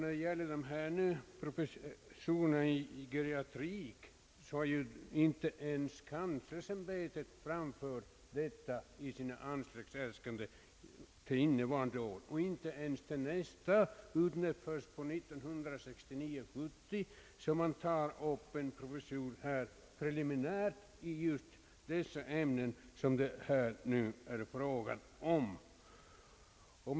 När det gäller de nu föreslagna professurerna i geriatrik har inte ens kanslersämbetet framfört förslag därom i sina anslagsäskanden till innevarande år och inte heller till nästa budgetår, utan först till budgetåret 1969/70 föreslås preliminärt en professur i detta ämne.